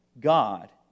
God